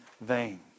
vain